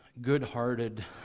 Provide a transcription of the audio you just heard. good-hearted